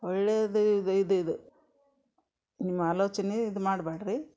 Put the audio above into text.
ಒಳ್ಳೆಯದು ಇದು ಇದು ಇದು ನಿಮ್ಮ ಆಲೋಚನೆ ಇದು ಮಾಡಬೇಡ್ರಿ